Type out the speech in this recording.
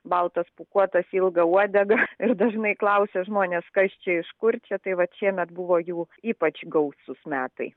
baltas pūkuotas ilga uodega ir dažnai klausia žmonės kas čia iš kur čia tai vat šiemet buvo jų ypač gausūs metai